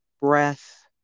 breath